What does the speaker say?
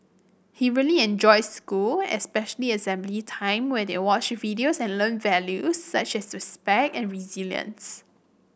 he really enjoys school especially assembly time where they watch videos and learn values such as respect and resilience